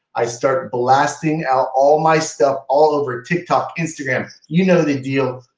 i start blasting out all my stuff all over tiktok, instagram you know the deal.